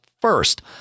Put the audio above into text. first